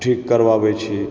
ठीक करबाबै छी